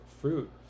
fruit